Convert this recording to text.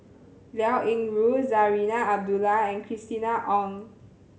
Liao Yingru Zarinah Abdullah and Christina Ong